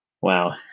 wow